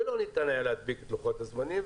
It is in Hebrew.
ולא ניתן היה להדביק את לוחות הזמנים.